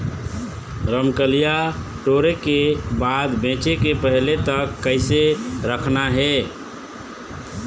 रमकलिया टोरे के बाद बेंचे के पहले तक कइसे रखना हे?